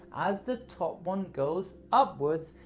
as the top one goes upwards,